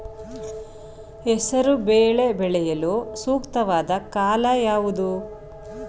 ಹೆಸರು ಬೇಳೆ ಬೆಳೆಯಲು ಸೂಕ್ತವಾದ ಕಾಲ ಯಾವುದು?